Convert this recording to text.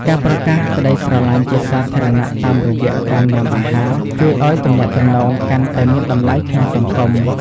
ការប្រកាសក្ដីស្រឡាញ់ជាសាធារណៈតាមរយៈការញុាំអាហារ ជួយឱ្យទំនាក់ទំនងកាន់តែមានតម្លៃក្នុងសង្គម។